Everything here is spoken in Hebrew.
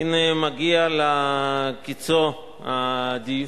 הנה מגיע לקצו הדיון.